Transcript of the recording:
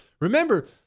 Remember